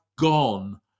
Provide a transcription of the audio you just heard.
gone